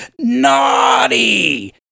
Naughty